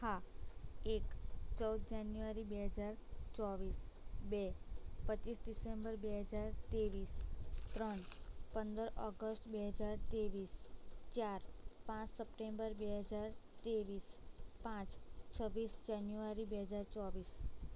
હા એક ચૌદ જાન્યુવારી બે હજાર ચોવીસ બે પચીસ ડિસેમ્બર બે હજાર ત્રેવીસ ત્રણ પંદર ઓગષ્ટ બે હજાર ત્રેવીસ ચાર પાંચ સપ્ટેમ્બર બે હજાર ત્રેવીસ પાંચ છવ્વીસ જાન્યુવારી બે હજાર ચોવીસ